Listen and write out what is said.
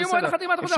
ממועד חתימת החוזה,